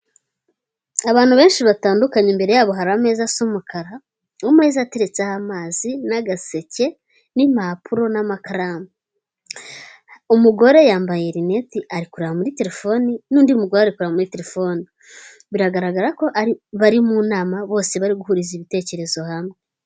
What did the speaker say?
Abantu benshi batandukanye imbere yabo hari ameza asa umukara ameza ateretseho amazi n'agaseke n'impapuro n'amakaramu umugore yambaye rinete arikureba muri telefoni n'undi mugore ari kureba muri telefone biragaragara ko bari mu nama bose bari guhuriza ibitekerezo hamwe.